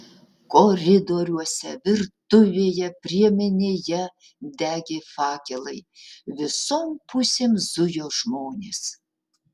koridoriuose virtuvėje priemenėje degė fakelai visom pusėm zujo žmonės